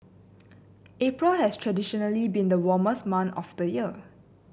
April has traditionally been the warmest month of the year